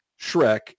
Shrek